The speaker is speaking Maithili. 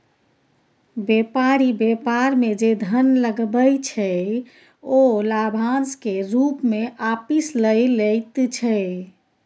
बेपारी बेपार मे जे धन लगबै छै ओ लाभाशं केर रुप मे आपिस लए लैत छै